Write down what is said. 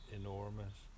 enormous